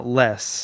less